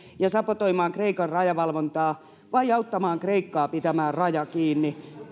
ja sabotoimaan kreikan rajavalvontaa vai auttamaan kreikkaa pitämään raja kiinni